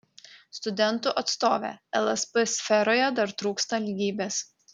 studentų atstovė lsp sferoje dar trūksta lygybės